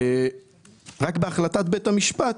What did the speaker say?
רק בהחלטת בית המשפט